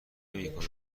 نمیکنم